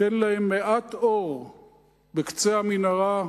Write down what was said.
תן להם מעט אור בקצה המנהרה,